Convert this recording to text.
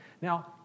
Now